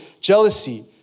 jealousy